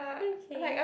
okay